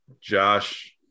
Josh –